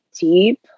deep